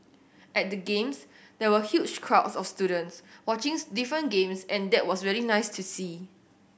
at the Games there were huge crowds of students watching different games and that was really nice to see